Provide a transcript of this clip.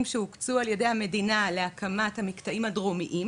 שהוקצו על ידי המדינה להקמת המקטעים הדרומיים